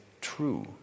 true